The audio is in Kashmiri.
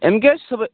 أمۍ کیٛاہ چھِ صُبحٲے